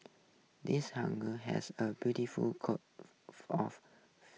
this huger has a beautiful coat